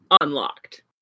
unlocked